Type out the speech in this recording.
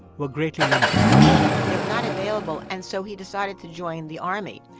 were greatly limited they were not available, and so he decided to join the army.